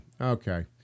okay